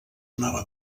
donava